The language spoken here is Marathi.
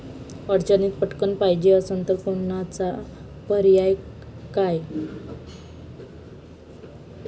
अडचणीत पटकण पायजे असन तर कोनचा पर्याय हाय?